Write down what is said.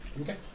Okay